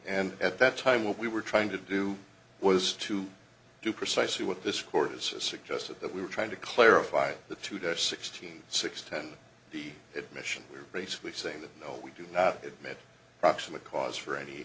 and at that time what we were trying to do was to do precisely what this court has suggested that we were trying to clarify the two days sixteen six ten the admission we are basically saying that no we do not admit proximate cause for any